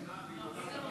שלוש